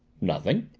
nothing,